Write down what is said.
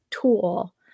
tool